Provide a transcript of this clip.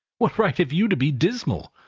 what right have you to be dismal?